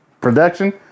production